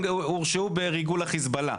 הם הורשעו בריגול לחיזבאללה,